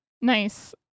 Nice